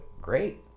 great